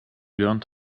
learned